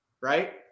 right